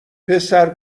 پسر